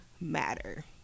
matter